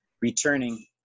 Returning